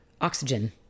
oxygen